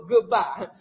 goodbye